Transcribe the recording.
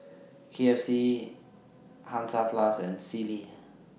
K F C Hansaplast and Sealy